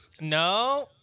No